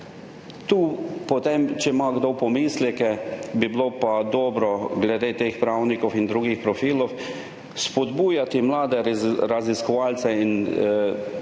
In če ima kdo pomisleke, bi bilo dobro glede teh pravnikov in drugih profilov spodbujati mlade raziskovalce na